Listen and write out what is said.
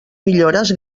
millores